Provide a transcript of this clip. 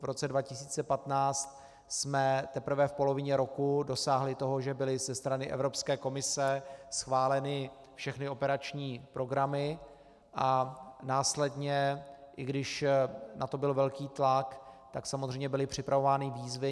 V roce 2015 jsme teprve v polovině roku dosáhli toho, že byly ze strany Evropské komise schváleny všechny operační programy, a následně, i když na to byl velký tlak, tak samozřejmě byly připravovány výzvy.